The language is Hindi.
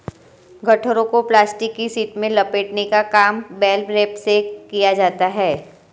गट्ठरों को प्लास्टिक की शीट में लपेटने का काम बेल रैपर से किया जाता है